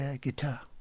guitar